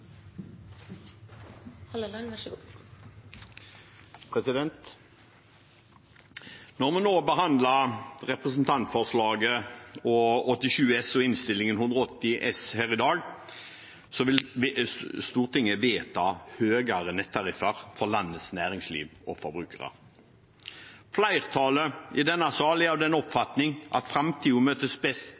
Når vi nå behandler Dokument 8:87 S for 2017–2018 og Innst. 180 S for 2017–2018 her i dag, vil Stortinget vedta høyere nettariffer for landets næringsliv og forbrukere. Flertallet i denne sal er av den oppfatning at framtiden møtes best